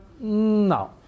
no